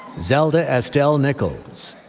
zelda estelle nickels.